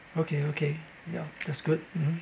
okay okay ya that's good